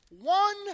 one